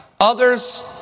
others